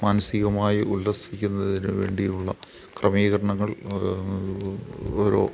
മാനസികമായി ഉല്ലസിക്കുന്നതിന് വേണ്ടിയുള്ള ക്രമീകരണങ്ങൾ ഓരോ